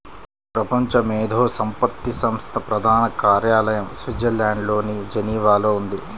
ప్రపంచ మేధో సంపత్తి సంస్థ ప్రధాన కార్యాలయం స్విట్జర్లాండ్లోని జెనీవాలో ఉంది